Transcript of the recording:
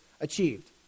achieved